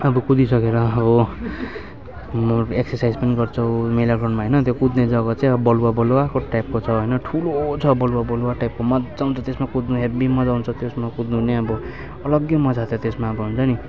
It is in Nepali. अब कुदिसकेर अब म एक्सर्साइज पनि गर्छु मेला ग्राउन्डमा होइन त्यो कुद्ने जग्गा चाहिँ अब बलुवा बलुवाको टाइपको छ होइन ठुलो छ बलुवा बलुवा टाइपको मज्जा आउँछ त्यसमा कुद्नु हेभी मज्जा आउँछ त्यसमा कुद्नु नै अब अलग्गै मज्जा छ त्यसमा अब हुन्छ नि